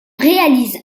réalise